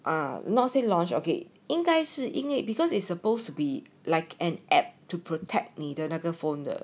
I'm not say launch okay 应该是 it because it's supposed to be like an app to protect 你的那个 phone 的